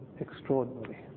extraordinary